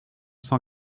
cent